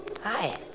Hi